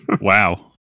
Wow